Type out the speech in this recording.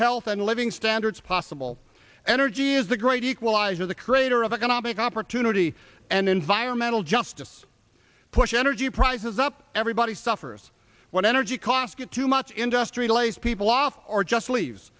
health and living standards possible energy is the great equalizer the crater of economic opportunity and environmental justice push energy prices up everybody suffers when energy costs are too much industrialized people off or just leaves